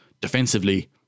defensively